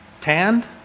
tanned